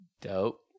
Dope